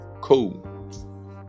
cool